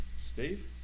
Steve